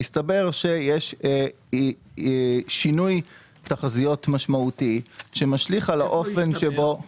שיש שינוי תחזיות משמעותי שמשליך על האופן שבו --- איפה יסתבר?